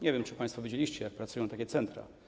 Nie wiem, czy państwo widzieliście, jak pracują takie centra.